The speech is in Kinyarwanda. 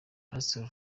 pastor